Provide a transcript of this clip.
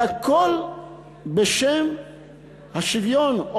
והכול בשם השוויון,